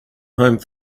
home